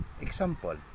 example